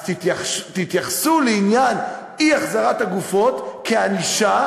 אז תתייחסו לעניין אי-החזרת הגופות כענישה,